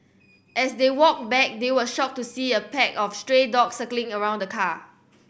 as they walked back they were shocked to see a pack of stray dogs circling around the car